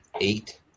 Eight